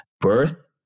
birth